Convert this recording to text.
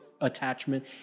attachment